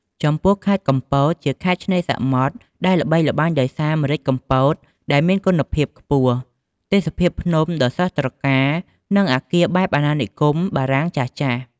ចំពោះខេត្តកំពត ជាខេត្តឆ្នេរសមុទ្រដែលល្បីល្បាញដោយសារម្រេចកំពតដែលមានគុណភាពខ្ពស់ ទេសភាពភ្នំដ៏ស្រស់ត្រកាល និងអគារបែបអាណានិគមបារាំងចាស់ៗ។